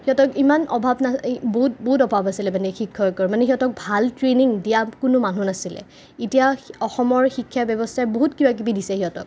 সিহঁতক ইমান অভাৱ বহুত বহুত অভাৱ আছিলে মানে শিক্ষকৰ মানে সিহঁতক ভাল ট্ৰেইনিং দিয়াৰ কোনো মানুহ নাছিলে এতিয়া অসমৰ শিক্ষা ব্যৱস্থাই বহুত কিবাকিবি দিছে সিহঁতক